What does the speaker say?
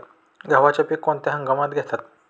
गव्हाचे पीक कोणत्या हंगामात घेतात?